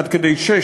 עד כדי שש,